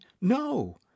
no